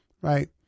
right